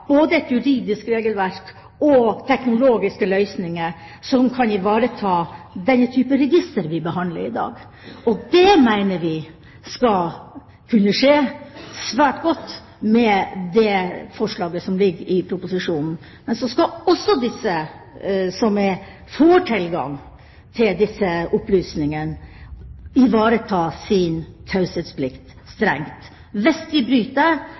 et juridisk regelverk og teknologiske løsninger som kan ivareta denne typen registre vi snakker om i dag. Det mener vi skal kunne skje svært godt med det forslaget som ligger i proposisjonen. Men så skal også disse som får tilgang til opplysningene, ivareta sin taushetsplikt strengt. Hvis de bryter